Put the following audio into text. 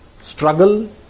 struggle